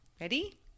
Ready